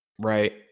Right